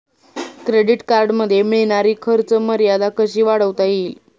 Credit कार्डमध्ये मिळणारी खर्च मर्यादा कशी वाढवता येईल?